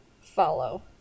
follow